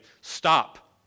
stop